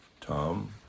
Tom